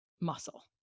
muscle